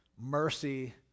Mercy